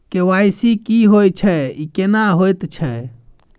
KYC की होय छै, ई केना होयत छै?